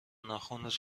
ناخنت